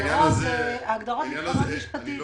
ההגדרות נבדקות משפטית,